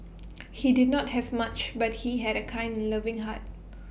he did not have much but he had A kind and loving heart